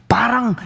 Parang